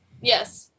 yes